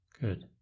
Good